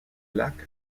lac